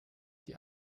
die